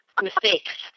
mistakes